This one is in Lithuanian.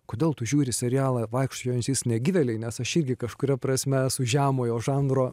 kodėl tu žiūri serialą vaikščiojančiais negyvėliai nes aš irgi kažkuria prasme esu žemojo žanro